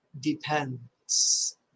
depends